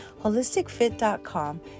Holisticfit.com